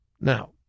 Now